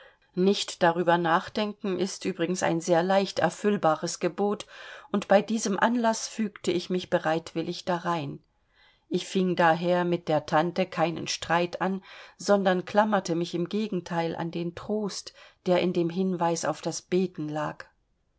nicht darüber nachdenken ist übrigens ein sehr leicht erfüllbares gebot und bei diesem anlaß fügte ich mich bereitwillig darein ich fing daher mit der tante keinen streit an sondern klammerte mich im gegenteil an den trost der in dem hinweis auf das beten lag